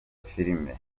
filime